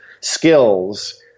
skills